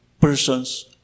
persons